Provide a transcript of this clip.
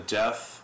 death